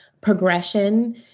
progression